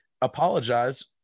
apologize